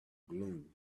gloom